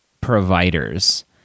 providers